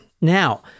Now